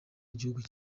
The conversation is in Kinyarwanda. igihugu